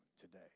today